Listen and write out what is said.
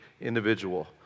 individual